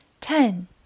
Ten